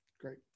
Great